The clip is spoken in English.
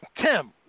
Tim